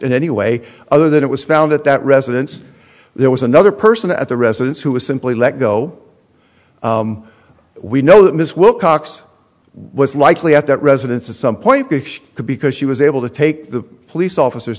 in any way other than it was found at that residence there was another person at the residence who was simply let go we know that miss wilcox was likely at that residence at some point because she was able to take the police officers